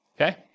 okay